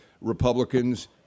Republicans